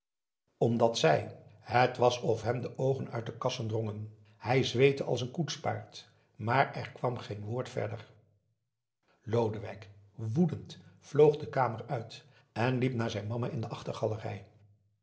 omdat zij het was of hem de oogen uit de kassen drongen hij zweette als een koetspaard maar er kwam geen woord verder lodewijk woedend vloog de kamer uit en liep naar zijn mama in de